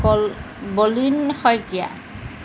ক বলিন শইকীয়া